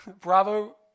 Bravo